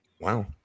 Wow